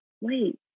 wait